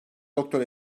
doktor